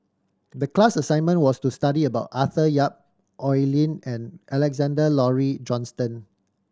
the class assignment was to study about Arthur Yap Oi Lin and Alexander Laurie Johnston